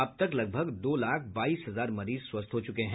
अब तक लगभग दो लाख बाईस हजार मरीज स्वस्थ हुए हैं